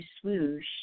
swoosh